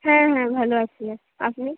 হ্যাঁ হ্যাঁ ভালো আছি আপনি